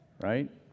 right